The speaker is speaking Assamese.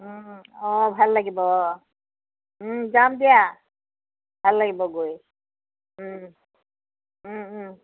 অঁ ভাল লাগিব অঁ যাম দিয়া ভাল লাগিব গৈ